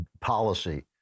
policy